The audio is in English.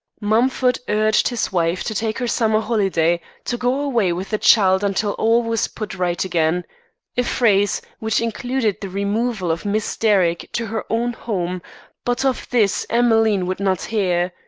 mumford urged his wife to take her summer holiday to go away with the child until all was put right again a phrase which included the removal of miss derrick to her own home but of this emmeline would not hear.